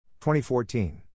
2014